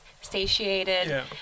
satiated